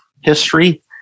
history